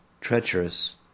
treacherous